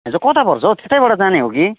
कता पर्छ हौ त्यतैबाट जाने हो कि